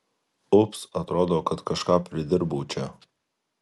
ups atrodo kad kažką pridirbau čia